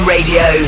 Radio